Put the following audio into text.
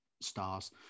stars